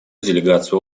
делегацию